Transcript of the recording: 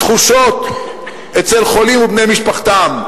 תחושות אצל חולים ובני משפחתם,